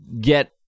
get